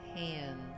hands